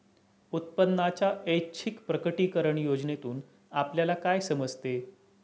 उत्पन्नाच्या ऐच्छिक प्रकटीकरण योजनेतून आपल्याला काय समजते?